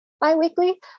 biweekly